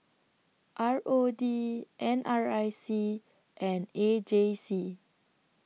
R O D N R I C and A J C